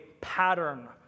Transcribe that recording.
pattern